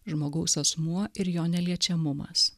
žmogaus asmuo ir jo neliečiamumas